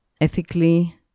ethically